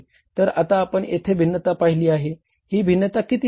तर आता आपण येथे भिन्नता पाहिली आहे ही भिन्नता किती आहे